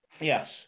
Yes